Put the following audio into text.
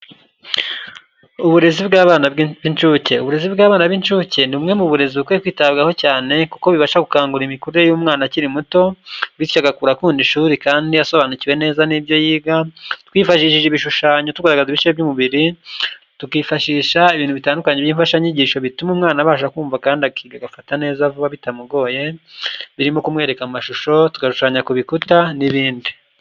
Uburezi bw'abana b'incuke. Uburezi bw'abana b'incuke ni bumwe mu burezi bukwiye kwitabwaho cyane kuko bibasha gukangurarira imikurire y'umwana akiri muto; bityo agakura akunda ishuri kandi asobanukiwe neza n'ibyo yiga, twifashishije ibishushanyo bishya by'umubiri, tukifashisha ibintu bitandukanye n'imfashanyigisho bituma umwana abasha kumva kandi agafata neza vuba bitamugoye, birimo kumwereka amashusho tukagashanya ku bikuta n'ibindi.